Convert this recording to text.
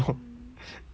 I don't know